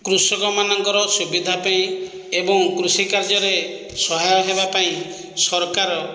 କୃଷକମାନଙ୍କର ସୁବିଧା ପାଇଁ ଏବଂ କୃଷି କାର୍ଯ୍ୟରେ ସହାୟ ହେବା ପାଇଁ ସରକାର